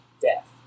death